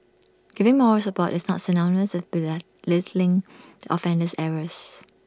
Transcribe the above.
giving moral support is not synonymous with belay offender's errors